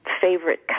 favorite